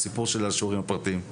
הסיפור של השיעורים הפרטיים.